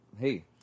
hey